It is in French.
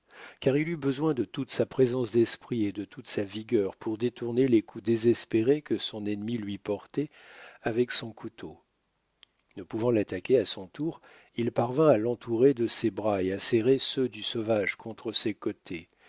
car il eut besoin de toute sa présence d'esprit et de toute sa vigueur pour détourner les coups désespérés que son ennemi lui portait avec son couteau ne pouvant l'attaquer à son tour il parvint à l'entourer de ses bras et à serrer ceux du sauvage contre ses côtés